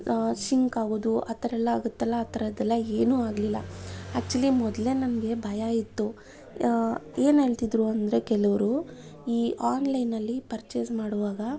sync ಆಗೋದು ಆ ಥರ ಎಲ್ಲ ಆಗುತ್ತಲ್ಲ ಆ ಥರದ್ದೆಲ್ಲ ಏನು ಆಗಲಿಲ್ಲ ಆ್ಯಕ್ಚುಲಿ ಮೊದಲೇ ನನಗೆ ಭಯ ಇತ್ತು ಏನು ಹೇಳ್ತಿದ್ರು ಅಂದರೆ ಕೆಲವರು ಈ ಆನ್ಲೈನಲ್ಲಿ ಪರ್ಚೇಸ್ ಮಾಡುವಾಗ